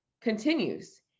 continues